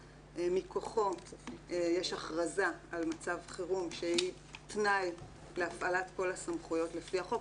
מכוחו יש הכרזה על מצב חירום שהיא תנאי להפעלת כל הסמכויות לפי החוק,